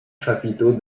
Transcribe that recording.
chapiteau